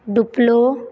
Duplo